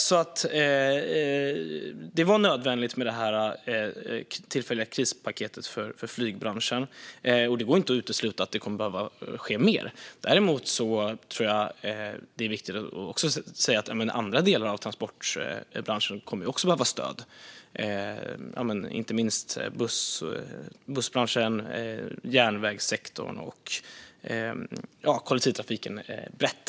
Det var alltså nödvändigt med det tillfälliga krispaketet för flygbranschen, och det går inte att utesluta att det kommer att behöva ske mer. Däremot tror jag att det är viktigt att säga att även andra delar av transportbranschen kommer att behöva stöd. Det gäller inte minst bussbranschen, järnvägssektorn och kollektivtrafiken brett.